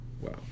wow